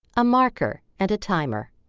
a marker and a timer,